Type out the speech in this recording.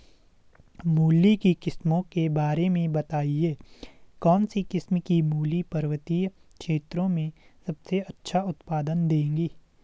मूली की किस्मों के बारे में बताइये कौन सी किस्म की मूली पर्वतीय क्षेत्रों में सबसे अच्छा उत्पादन देंगी?